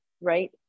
right